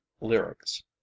lyrics